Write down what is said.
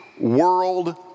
world